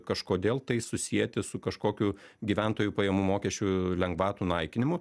kažkodėl tai susieti su kažkokiu gyventojų pajamų mokesčių lengvatų naikinimu